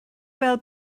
fel